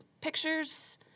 pictures